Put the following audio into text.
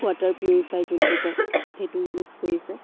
water purifier যোনটো কয় সেইটো ইউজ কৰিছে